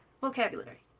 vocabulary